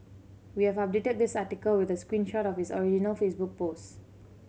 we have updated this article with a screen shot of his original Facebook post